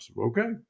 okay